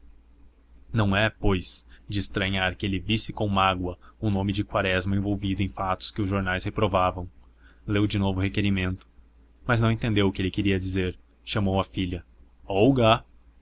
não é pois de estranhar que ele visse com mágoa o nome de quaresma envolvido em fatos que os jornais reprovavam leu de novo o requerimento mas não entendeu o que ele queria dizer chamou a filha olga